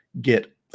get